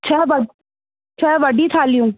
छह वॾ छह वॾी थाल्हियूं